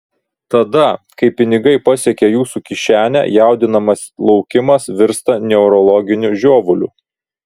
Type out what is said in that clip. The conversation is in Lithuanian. tada kai pinigai pasiekia jūsų kišenę jaudinamas laukimas virsta neurologiniu žiovuliu